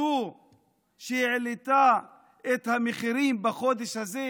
זו שהעלתה את המחירים בחודש הזה,